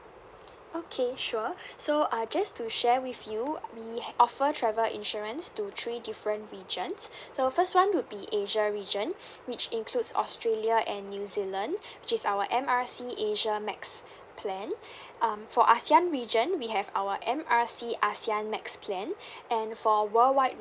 okay sure so uh just to share with you we offer travel insurance to three different regions so first one would be asia region which includes australia and new zealand which is our M_R_I_C asia max plan um for ASEAN region we have our M_R_I_C ASEAN max plan and for worldwide